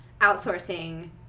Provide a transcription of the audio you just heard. outsourcing